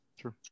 Sure